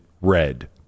red